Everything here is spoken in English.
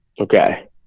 Okay